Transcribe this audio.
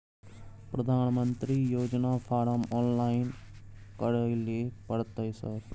प्रधानमंत्री योजना form online करैले परतै सर?